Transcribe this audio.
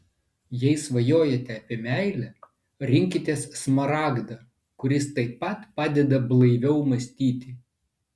jei svajojate apie meilę rinkitės smaragdą kuris taip pat padeda blaiviau mąstyti